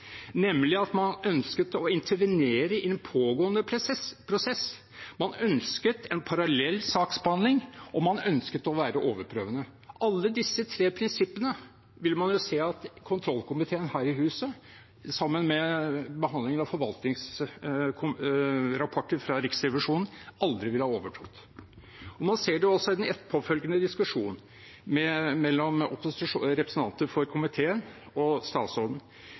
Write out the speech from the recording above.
nemlig at man ønsket å intervenere i en pågående prosess. Man ønsket en parallell saksbehandling, og man ønsket å være overprøvende. Alle disse tre prinsippene vil man jo se at kontrollkomiteen her i huset, sammen med behandlingen av forvaltningsrapporter fra Riksrevisjonen, aldri ville ha overtrådt. Nå ser man også en etterfølgende diskusjon mellom representanter for komiteen og statsråden.